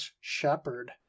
Shepherd